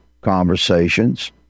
conversations